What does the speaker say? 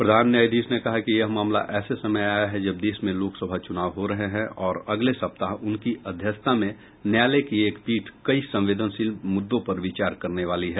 प्रधान न्यायाधीश ने कहा कि यह मामला ऐसे समय आया है जब देश में लोकसभा चुनाव हो रहे हैं और अगले सप्ताह उनकी अध्यक्षता में न्यायालय की एक पीठ कई संवेदनशील मुद्दों पर विचार करने वाली है